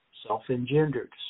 Self-engendered